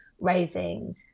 raising